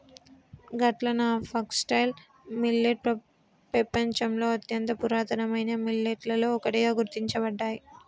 గట్లన foxtail millet పెపంచంలోని అత్యంత పురాతనమైన మిల్లెట్లలో ఒకటిగా గుర్తించబడ్డాయి